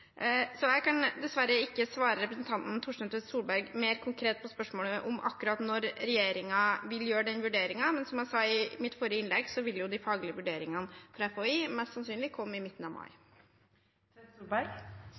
Så jeg kan dessverre ikke svare representanten Torstein Tvedt Solberg mer konkret på spørsmålet om akkurat når regjeringen vil gjøre den vurderingen, men som jeg sa i mitt forrige innlegg, vil de faglige vurderingene fra FHI mest sannsynlig komme i midten av